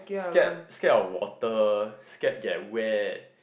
scared scared of water scared they are wet